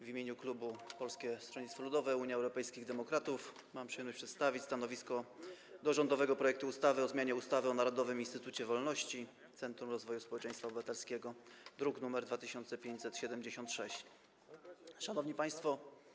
W imieniu klubu Polskiego Stronnictwa Ludowego - Unii Europejskich Demokratów mam przyjemność przedstawić stanowisko wobec rządowego projektu ustawy o zmianie ustawy o Narodowym Instytucie Wolności - Centrum Rozwoju Społeczeństwa Obywatelskiego, druk nr 2576. Szanowni Państwo!